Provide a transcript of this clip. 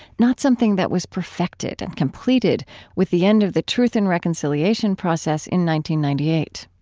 not something that was perfected and completed with the end of the truth and reconciliation process in ninety ninety eight